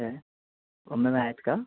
काय आहेत का